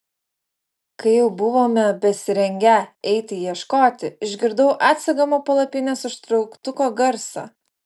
kai jau buvome besirengią eiti ieškoti išgirdau atsegamo palapinės užtrauktuko garsą